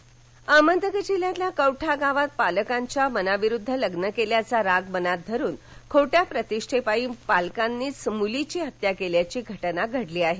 हत्या अहमदनगर जिल्ह्यातील कौठा गावात पालकांच्या मनाविरुध्द् लग्न केल्याचा राग मनात धरून खोट्या प्रतिष्ठेपायी पालकांनीच मुलीची हत्या केल्याची घटना घडली आहे